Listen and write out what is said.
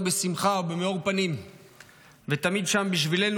בשמחה ובמאור פנים ותמיד שם בשבילנו,